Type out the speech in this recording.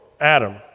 Adam